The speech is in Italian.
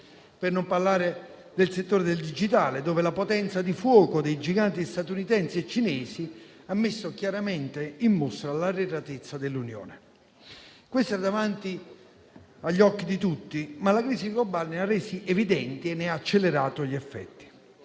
per non parlare del settore del digitale, dove la potenza di fuoco dei giganti statunitensi e cinesi ha messo chiaramente in mostra l'arretratezza dell'Unione europea. Questo è davanti agli occhi di tutti, ma la crisi globale ne ha resi evidenti e ne ha accelerato gli effetti.